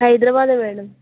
హైదరాబాదే మ్యాడమ్